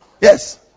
Yes